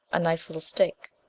a nice little stake.